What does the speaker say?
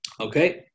Okay